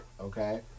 okay